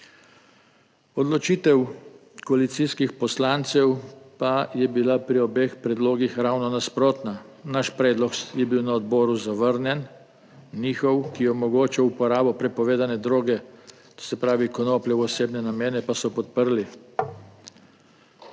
Odločitev koalicijskih poslancev pa je bila pri obeh predlogih ravno nasprotna; naš predlog je bil na odboru zavrnjen, njihov, ki je omogočal uporabo prepovedane droge, to se pravi konoplje, v osebne namene, pa so podprli.